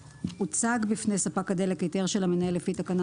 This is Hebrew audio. הוצג בפני ספק הדלק היתר של המנהל לפי תקנה